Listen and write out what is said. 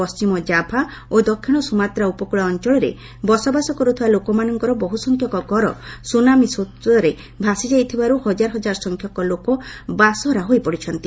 ପଣ୍ଢିମ ଜାଭା ଓ ଦକ୍ଷିଣ ସୁମାତ୍ରା ଉପକ୍ଳ ଅଞ୍ଚଳରେ ବସବାସ କରୁଥିବା ଲୋକମାନଙ୍କର ବହୁସଂଖ୍ୟକ ଘର ସୁନାମି ସ୍ରୋତରେ ଭାସିଯାଇଥିବାରୁ ହଜାର ହଜାର ସଂଖ୍ୟକ ଲୋକ ବାସହରା ହୋଇପଡିଛନ୍ତି